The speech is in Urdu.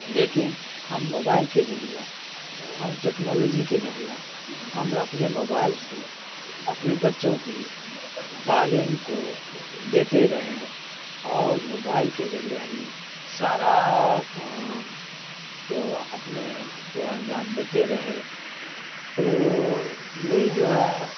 لیکن ہم موبائل کے ذریعہ ہم ٹیکنالوجی کے ذریعہ ہم اپنے موبائل سے اپنے بچوں کی تعلیم کو دیتے رہے اور موبائل کے ذریعہ ہی سارا کام کو اپنے کو انجام دیتے رہے تو یہ جو ہے